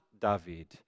David